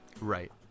right